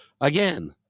again